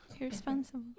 Responsible